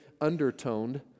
undertoned